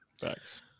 Thanks